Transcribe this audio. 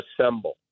assemble